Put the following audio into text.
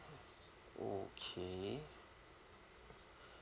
okay